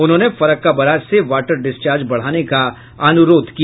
उन्होंने फरक्का बराज से water discharge बढ़ाने का अनुरोध किया